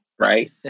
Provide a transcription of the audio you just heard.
right